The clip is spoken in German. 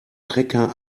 trecker